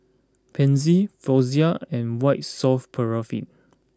Pansy Floxia and White Soft Paraffin